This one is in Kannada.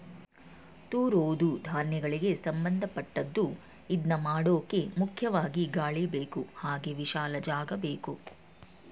ತೂರೋದೂ ಧಾನ್ಯಗಳಿಗೆ ಸಂಭಂದಪಟ್ಟದ್ದು ಇದ್ನಮಾಡೋಕೆ ಮುಖ್ಯವಾಗಿ ಗಾಳಿಬೇಕು ಹಾಗೆ ವಿಶಾಲ ಜಾಗಬೇಕು